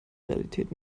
realität